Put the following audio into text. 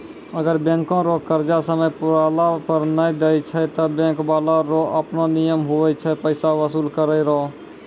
अगर बैंको रो कर्जा समय पुराला पर नै देय छै ते बैंक बाला रो आपनो नियम हुवै छै पैसा बसूल करै रो